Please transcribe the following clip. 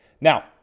now